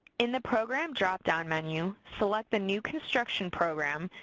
in the program dropdown menu, select the new construction program,